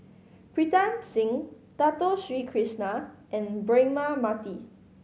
Pritam Singh Dato Sri Krishna and Braema Mathi